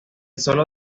solo